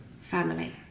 family